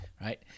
right